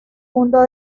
fundo